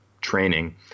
training